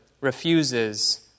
refuses